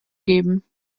geben